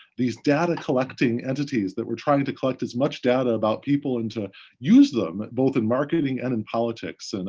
these data collecting entities that were trying to collect as much data about people and to use them, both in marketing and in politics. and